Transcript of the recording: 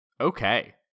Okay